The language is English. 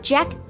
Jack